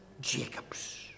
Jacob's